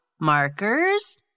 markers